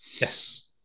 Yes